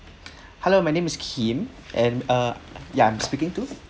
hello my name is Kim and uh ya I'm speaking to